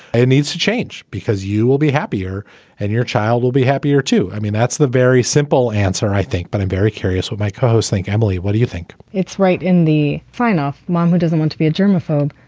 it needs to change because you will be happier and your child will be happier too. i mean, that's the very simple answer, i think. but i'm very curious what my co-hosts think. emily, what do you think? it's right in the fine of mom who doesn't want to be a germaphobe.